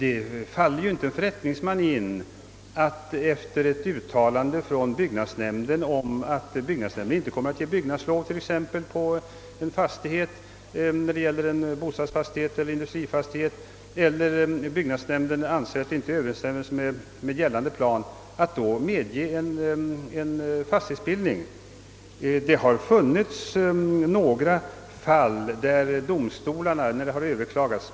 Efter ett uttalande från byggnadsnämnden, att nämnden inte kommer att ge byggnadslov för en bostadseller industrifastighet, eller sedan byggnadsnämnden förklarat, att byggnadslov inte står i överensstämmelse med gällande plan, faller det inte förrättningsmannen in att medge fastighetsbildning.